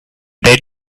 they